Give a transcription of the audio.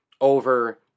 over